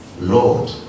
Lord